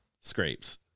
scrapes